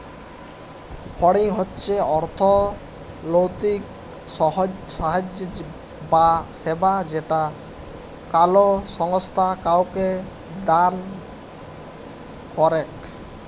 funding হচ্ছ অর্থলৈতিক সাহায্য বা সেবা যেটা কোলো সংস্থা কাওকে দেন করেক